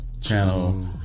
channel